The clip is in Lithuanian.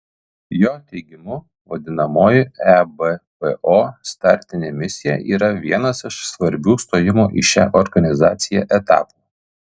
jo teigimu vadinamoji ebpo startinė misija yra vienas iš svarbių stojimo į šią organizaciją etapų